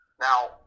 Now